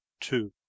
Two